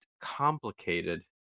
complicated